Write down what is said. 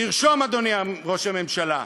תרשום, אדוני ראש הממשלה: